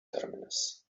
terminus